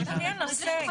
זה לפי הנושא.